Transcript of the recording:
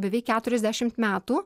beveik keturiasdešimt metų